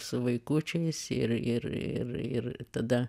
su vaikučiais ir ir ir ir tada